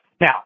Now